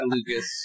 Lucas